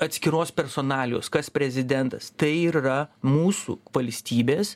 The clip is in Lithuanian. atskiros personalijos kas prezidentas tai ir yra mūsų valstybės